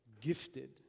gifted